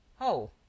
Oh